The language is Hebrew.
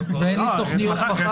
ואין לי תכניות למחר ומחרתיים.